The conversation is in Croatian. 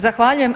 Zahvaljujem.